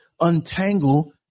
untangle